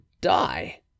die